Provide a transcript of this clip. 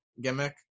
gimmick